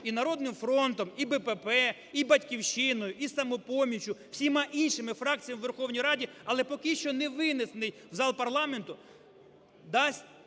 і "Народним фронтом", і БПП, і " "Батьківщиною", і "Самопоміччю", всіма іншими фракціями у Верховній Раді, але поки що не винесений в зал парламенту, дасть